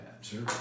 Sure